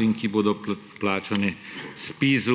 in ki bodo plačani ZPIZ